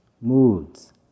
moods